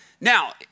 Now